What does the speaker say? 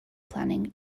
planning